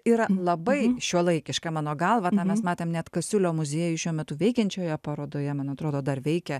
yra labai šiuolaikiška mano galva na mes matėm net kasiulio muziejuj šiuo metu veikiančioje parodoje man atrodo dar veikia